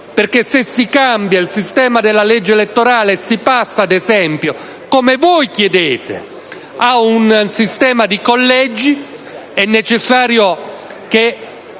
perché se si cambia il sistema della legge elettorale passando, ad esempio, come voi dell'IdV chiedete, a un sistema di collegi, è necessario